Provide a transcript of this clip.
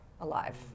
alive